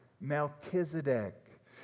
Melchizedek